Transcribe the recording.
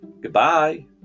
goodbye